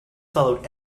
followed